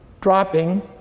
dropping